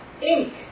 ink